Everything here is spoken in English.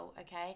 Okay